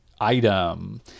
item